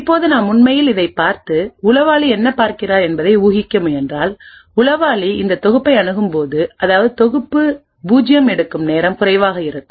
இப்போது நாம் உண்மையில் இதைப் பார்த்து உளவாளி என்ன பார்க்கிறார் என்பதை ஊகிக்க முயன்றால் உளவாளி இந்த தொகுப்பை அணுகும்போதுஅதாவது தொகுப்பு 0 எடுக்கும் நேரம் குறைவாக இருக்கும்